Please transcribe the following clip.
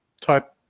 type